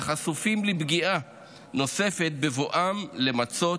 וחשופים לפגיעה נוספת בבואם למצות